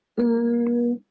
mm